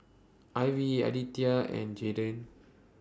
Ivy Aditya and Jaydin